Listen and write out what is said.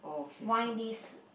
wine this